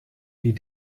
die